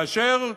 כאשר ואם,